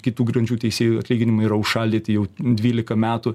kitų grandžių teisėjų atlyginimai yra užšaldyti jau dvylika metų